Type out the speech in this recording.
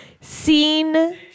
seen